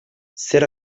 zer